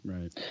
Right